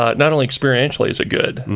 not not only experientially is it good,